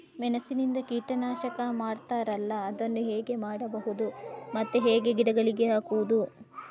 ಮೆಣಸಿನಿಂದ ಕೀಟನಾಶಕ ಮಾಡ್ತಾರಲ್ಲ, ಅದನ್ನು ಹೇಗೆ ಮಾಡಬಹುದು ಮತ್ತೆ ಹೇಗೆ ಗಿಡಗಳಿಗೆ ಹಾಕುವುದು?